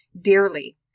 dearly